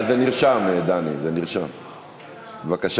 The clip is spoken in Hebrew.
תודה רבה,